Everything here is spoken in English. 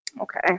Okay